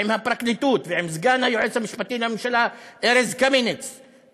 עם הפרקליטות ועם סגן היועץ המשפטי לממשלה ארז קמיניץ,